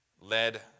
led